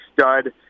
stud